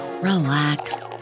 relax